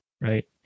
right